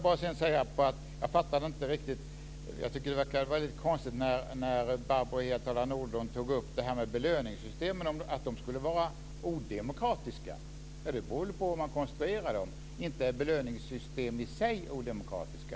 Det verkade väldigt konstigt när Barbro Hietala Nordlund tog upp frågan om belöningssystemen och sade att de var odemokratiska. Det beror väl på hur man konstruerar dem. Belöningssystemen i sig är inte odemokratiska.